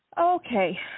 Okay